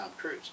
Cruise